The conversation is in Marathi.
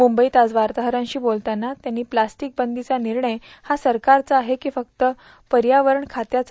मुंबईत आज वार्ताहरांशी बोलताना त्यांनी प्लास्टिकी बंदीचा निर्णय हा सरकारचा आहे की फक्त पर्यावरण खात्याचा